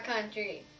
country